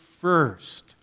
first